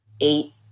eight